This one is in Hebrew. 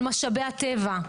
על משאבי הטבע,